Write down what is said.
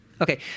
Okay